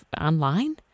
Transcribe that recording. online